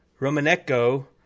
Romanenko